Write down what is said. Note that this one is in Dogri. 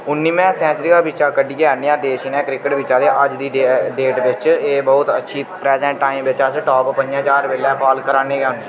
उन्निमै सेंचुरी दे बिच्चा कड्ढियै आह्नेआ देश इ'नें क्रिकेट बिच्चा ते अज्ज दी डेट बिच्च एह् बहुत अच्छी प्रेजेंट टाइम बिच्च अस टाप पंजे च हर बेल्लै फाल करा ने गै होन्ने